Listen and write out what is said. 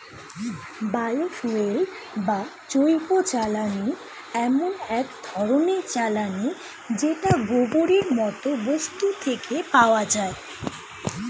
bio fuel বা জৈবজ্বালানী এমন এক ধরণের জ্বালানী যেটা গোবরের মতো বস্তু থেকে পাওয়া যায়